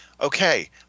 Okay